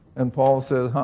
and paul says,